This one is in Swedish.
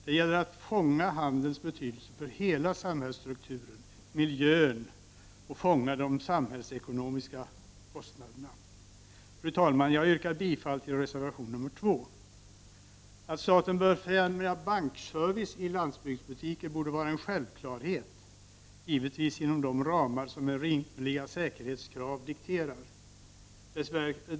Det gäller då att fånga handelns betydelse för hela samhällsstrukturen, miljön och de samhällsekonomiska kostnaderna. Fru talman! Jag yrkar bifall till reservation nr 2. Att staten bör främja bankservice i landsbygdsbutiker borde vara en självklarhet — givetvis inom de ramar som rimliga säkerhetskrav dikterar.